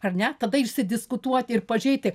ar ne tada išsidiskutuoti ir pažėti